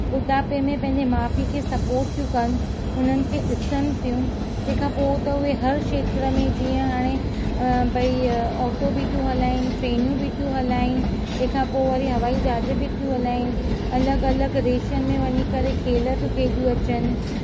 ॿुढापे में पंहिंजे माउ पीउ खे सपोर्ट थियूं कनि हुननि खे ॾिसनि थियूं तंहिंखां पोइ त उहे हर क्षेत्र में जीअं हाणे भई ऑटो बि थियूं हलाइनि ट्रेनूं बि थी हलाइनि तंहिंखां पोइ वरी हवाई जहाज बि थियूं हलाइनि अलॻि अलॻि देशनि में वञी करे खेल थियूं खेॾी अचनि